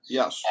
Yes